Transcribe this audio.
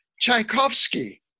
Tchaikovsky